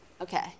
Okay